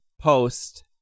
post